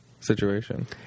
situation